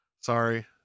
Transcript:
Sorry